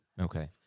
Okay